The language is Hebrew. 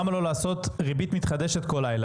למה לא לעשות ריבית מתחדשת כל לילה?